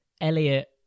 Elliot